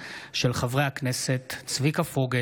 בעקבות דיון מהיר בהצעתם של חברי הכנסת צביקה פוגל,